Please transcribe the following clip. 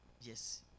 Yes